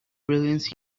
brilliance